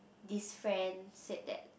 this friend said that